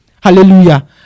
Hallelujah